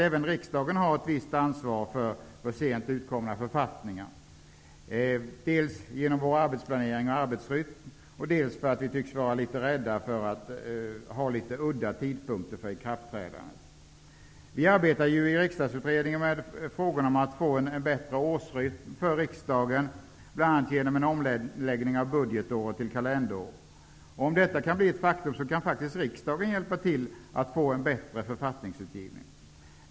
Även riksdagen har ett visst ansvar för sent utkomna författningar, dels genom vår arbetsplanering och arbetsrytm, dels för att vi tycks vara litet rädda för att ha litet udda tider för ikraftträdandet. Riksdagsutredningen arbetar med att få en bättre årsrytm för riksdagen, bl.a. genom en omläggning av budgetåret till kalenderår. Om detta kan bli ett faktum kan riksdagen hjälpa till att få en bättre författningsutgivning.